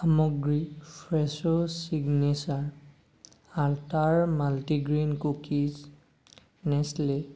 সামগ্ৰী Fresho signature আটাৰ multigrain cookies Nestle